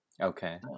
Okay